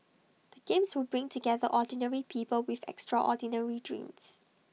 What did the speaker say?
the games will bring together ordinary people with extraordinary dreams